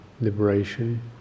liberation